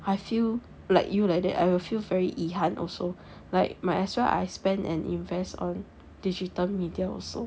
I feel like you like that I will feel very 遗憾 also like must as well I spend and invest on digital media also